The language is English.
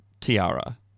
Tiara